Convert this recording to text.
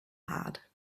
had